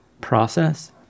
process